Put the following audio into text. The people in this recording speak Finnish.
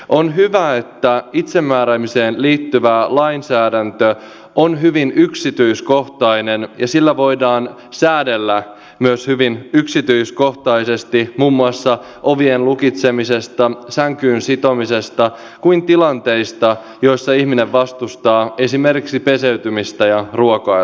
on hyvä että itsemääräämiseen liittyvä lainsäädäntö on hyvin yksityiskohtainen ja sillä voidaan säädellä myös hyvin yksityiskohtaisesti muun muassa niin ovien lukitsemisesta sänkyyn sitomisesta kuin tilanteista joissa ihminen vastustaa esimerkiksi peseytymistä ja ruokailua